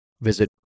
visit